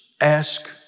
ask